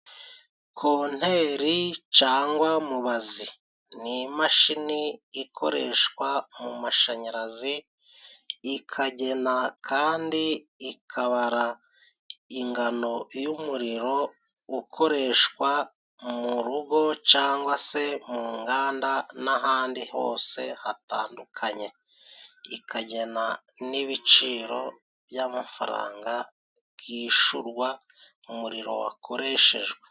Konteri cyangwa mubazi ni imashini ikoreshwa mu mashanyarazi ikagena kandi ikabara ingano y'umuriro ukoreshwa mu rugo cyangwa se mu nganda n'ahandi hose hatandukanye ikagena n'ibiciro by'amafaranga byishyurwa umuriro wakoreshejwe.